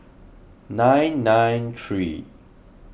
nine nine three